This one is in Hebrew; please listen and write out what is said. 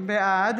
בעד